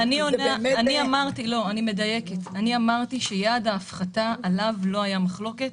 אמרתי שיעד ההפחתה עליו לא הייתה מחלוקת.